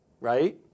right